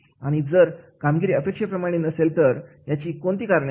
आणि जर कामगिरी अपेक्षेप्रमाणे नसेल तर याची कोणती कारणे आहेत